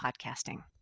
podcasting